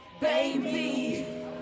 Baby